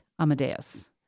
Amadeus